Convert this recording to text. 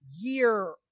year